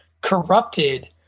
corrupted